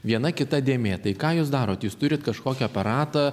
viena kita dėmė tai ką jūs darot jūs turit kažkokį aparatą